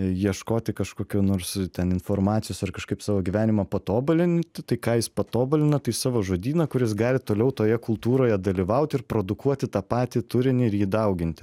ieškoti kažkokių nors ten informacijos ar kažkaip savo gyvenimą patobulinti tai ką jis patobulina tai savo žodyną kuris gali toliau toje kultūroje dalyvauti ir produkuoti tą patį turinį ir jį dauginti